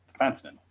defenseman